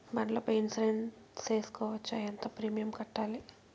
బండ్ల పై ఇన్సూరెన్సు సేసుకోవచ్చా? ఎంత ప్రీమియం కట్టాలి?